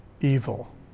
evil